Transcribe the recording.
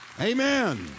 amen